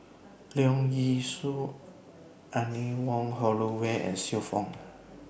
Leong Yee Soo Anne Wong Holloway and Xiu Fang